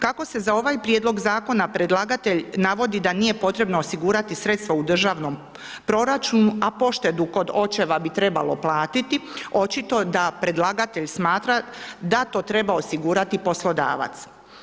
Kako se za ovaj prijedlog zakona predlagatelj navodi da nije potrebno osigurati sredstva u državnom proračunu a poštedu kod očeva bi trebalo platiti očito da predlagatelj smatra da to treba osigurati poslodavac.